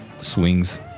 swings